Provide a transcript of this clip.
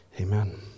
Amen